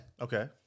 Okay